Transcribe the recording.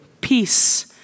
peace